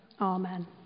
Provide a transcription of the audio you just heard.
Amen